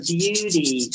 beauty